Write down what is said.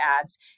ads